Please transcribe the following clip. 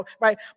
right